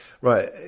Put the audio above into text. Right